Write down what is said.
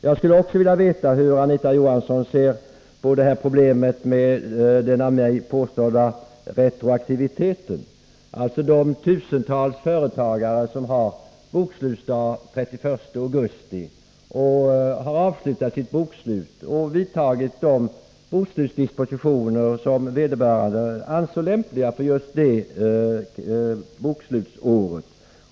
Jag skulle också vilja veta hur Anita Johansson ser på problemet med den av mig berörda retroaktiviteten. Det gäller alltså de tusentals företagare som har bokslutsdag den 31 augusti. De har då avslutat sitt bokslut och vidtagit de bokslutsdispositioner som de anser lämpliga för just det bokslutsåret.